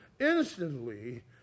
Instantly